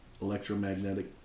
electromagnetic